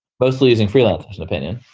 mostly using freelance opinion,